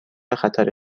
خطر